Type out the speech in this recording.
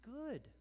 good